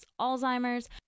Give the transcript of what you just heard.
alzheimer's